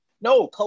no